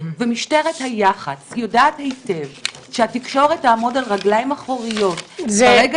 משטרת היח"צ יודעת היטב שהתקשורת תעמוד על רגליים אחוריות ברגע